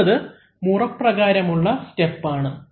അടുത്തത് മുറപ്രകാരമുള്ള സ്റ്റെപ് ആണ്